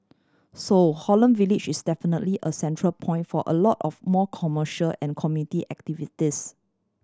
so Holland Village is definitely a central point for a lot of more commercial and community activities